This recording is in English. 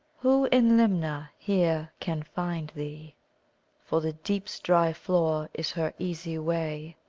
who in limna here can find thee for the deep's dry floor is her easy way,